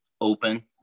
open